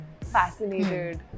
fascinated